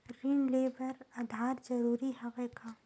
ऋण ले बर आधार जरूरी हवय का?